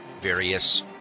various